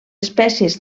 espècies